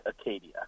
Acadia